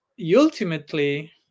ultimately